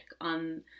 on